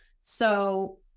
So-